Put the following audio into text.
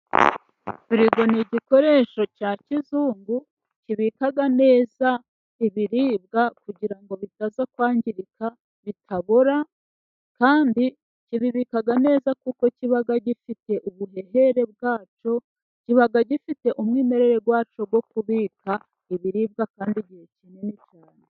Firigo ni igikoresho cya kizungu kibika neza ibiribwa, kugira ngo bitaza kwangirika, bitabora, kandi kibibika neza kuko kiba gifite ubuhehere bwacyo, kiba gifite umwimerere wacyo wo kubika ibiribwa kandi igihe kinini cyane.